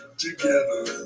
together